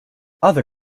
other